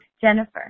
Jennifer